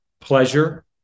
pleasure